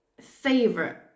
favorite